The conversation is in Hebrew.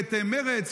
מפלגת מרצ?